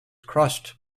crossed